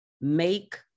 make